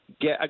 Get